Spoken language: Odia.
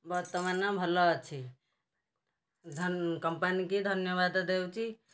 ବର୍ତ୍ତମାନ ଭଲ ଅଛି କମ୍ପାନୀ କି ଧନ୍ୟବାଦ ଦେଉଛି